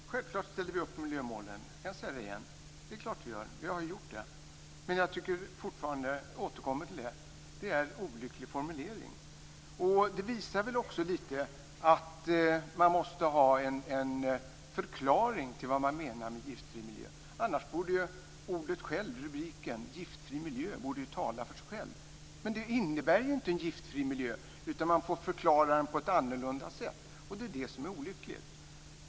Fru talman! Självklart ställer vi oss bakom miljömålen. Jag säger återigen att vi har gjort det. Men jag återkommer till att det är fråga om en olycklig formulering. Det visas också av att man måste ge en förklaring till vad man menar med en giftfri miljö. Rubriken "en giftfri miljö" borde annars tala för sig själv, men man menar inte en giftfri miljö utan får förklara begreppet på ett annorlunda sätt, och det är det som är olyckligt.